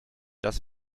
das